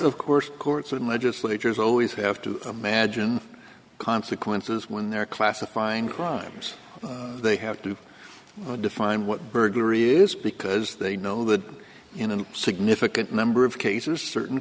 of course courts and legislatures always have to imagine consequences when they're classifying crimes they have to define what burglary is because they know that in a significant number of cases certain